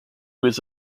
was